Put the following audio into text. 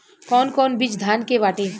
कौन कौन बिज धान के बाटे?